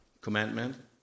commandment